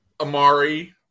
Amari